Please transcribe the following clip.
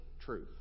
truth